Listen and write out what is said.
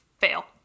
fail